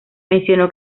mencionó